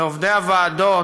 לעובדי הוועדות,